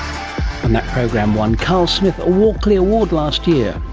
program won carl smith a walkley award last year.